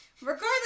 Regardless